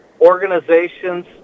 organizations